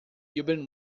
urban